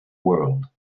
world